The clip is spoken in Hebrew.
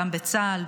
גם בצה"ל,